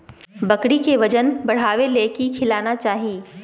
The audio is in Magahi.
बकरी के वजन बढ़ावे ले की खिलाना चाही?